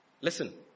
Listen